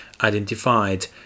identified